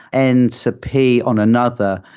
and to p on another,